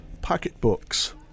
pocketbooks